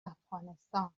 افغانستان